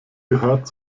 gehört